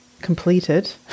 completed